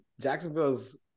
Jacksonville's